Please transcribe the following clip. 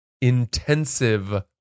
intensive